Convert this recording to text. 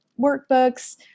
workbooks